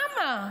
למה?